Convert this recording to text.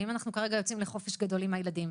אם אנחנו כרגע יוצאים לחופש גדול עם הילדים,